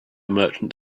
merchant